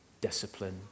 discipline